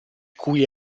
cui